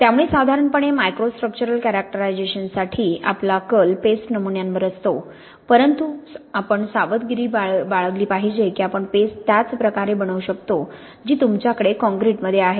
त्यामुळे साधारणपणे मायक्रोस्ट्रक्चरल कॅरेक्टरायझेशनसाठी आपला कल पेस्ट नमुन्यांवर असतो परंतु आपण सावधगिरी बाळगली पाहिजे की आपण पेस्ट त्याच प्रकारे बनवू शकतो जी तुमच्याकडे कॉंक्रिटमध्ये आहे